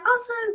awesome